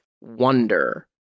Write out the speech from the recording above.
wonder